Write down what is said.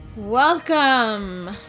Welcome